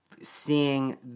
Seeing